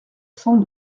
cent